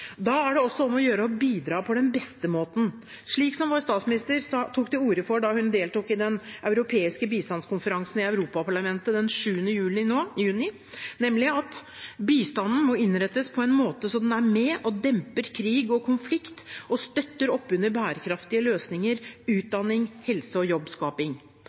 Da er det også om å gjøre å bidra på den beste måten, slik som vår statsminister tok til orde for da hun deltok i den europeiske bistandskonferansen i Europaparlamentet den 7. juni, nemlig at bistanden må innrettes på en måte så den er med og demper krig og konflikt og støtter opp under bærekraftige løsninger, utdanning, helse og jobbskaping.